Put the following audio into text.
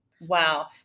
wow